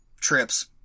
trips